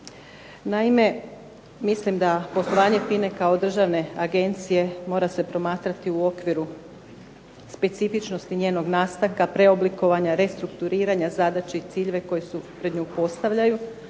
Naime, mislim da poslovanje FINA-e kao državne agencije mora se promatrati u okviru specifičnosti njenog nastanka, preoblikovanja, restrukturiranja zadaća i ciljeva koji se pred nju postavljaju.